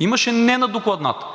Имаше „не“ на докладната!